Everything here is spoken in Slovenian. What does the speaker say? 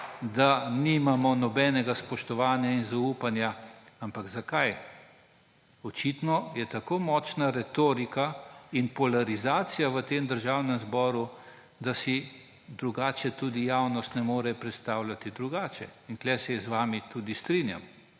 da nimamo nobenega spoštovanja in zaupanja. Ampak zakaj? Očitno je tako močna retorika in polarizacija v tem državnem zboru, da si tudi javnost ne more predstavljati drugače, tukaj se z vami tudi strinjam